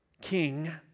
king